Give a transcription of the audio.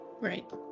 right